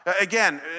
Again